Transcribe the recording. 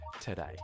today